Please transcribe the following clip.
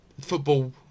football